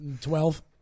Twelve